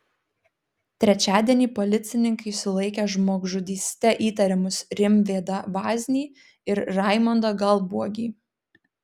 trečiadienį policininkai sulaikė žmogžudyste įtariamus rimvydą vaznį ir raimondą galbuogį